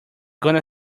gonna